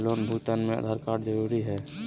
Loan भुगतान में Aadhaar card जरूरी है?